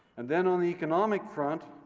and then, on the economic front,